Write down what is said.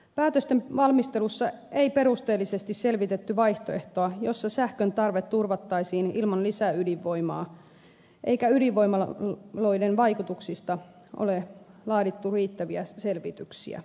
päätösten valmistelussa ei perusteellisesti selvitetty vaihtoehtoa jossa sähköntarve turvattaisiin ilman lisäydinvoimaa eikä ydinvoimaloiden vaikutuksista ole laadittu riittäviä selvityksiä